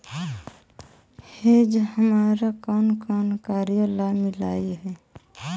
hedge हमारा कौन कौन कार्यों ला मिलई हे